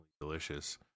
delicious